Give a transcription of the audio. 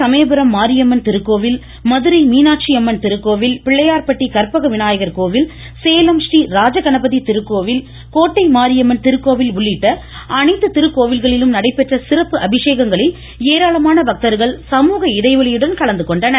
சமயபுரம் மாரியம்மன் திருக்கோவில் மதுரை மீனாட்சி அம்மன் திருக்கோவில் திருச்சி பிள்ளையார்பட்டி கற்பக விநாயகர் கோவில் சேலம் பரீ ராஜகண்பதி திருக்கோவில் கோட்டை மாரியம்மன் திருக்கோவில் உள்ளிட்ட அனைத்து திருக்கோவில்களிலும் நடைபெற்ற சிறப்பு அபிஷேகங்களில் ஏராளமான பக்தர்கள் சமூக இடைவெளியுடன் கலந்து கொண்டனர்